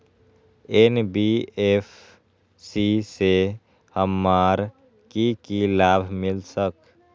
NBFC से हमार की की लाभ मिल सक?